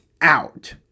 Out